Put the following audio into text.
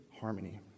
harmony